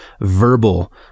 verbal